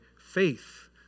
faith